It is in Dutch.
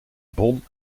bon